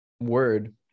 word